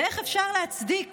ואיך אפשר להצדיק